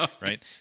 right